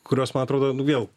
kurios man atrodo nu vėl